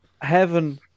Heaven